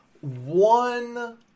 one